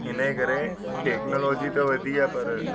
हिनजे करे टेक्नोलॉजी त वधी आहे पर